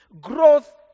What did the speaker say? growth